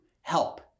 help